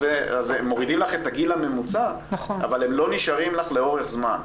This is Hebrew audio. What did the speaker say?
אז הם מורידים לך את הגיל הממוצע אבל הם לא נשארים לך לאורך זמן.